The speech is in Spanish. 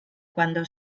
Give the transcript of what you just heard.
cuando